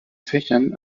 fächern